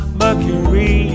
mercury